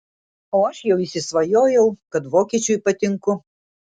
o aš jau įsisvajojau kad vokiečiui patinku